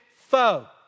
foe